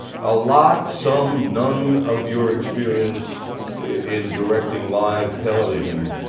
a lot, some, none of your experience in directing live television,